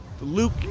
Luke